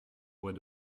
bois